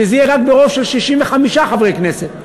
שזה יהיה רק ברוב של 65 חברי כנסת.